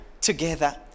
together